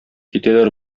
китәләр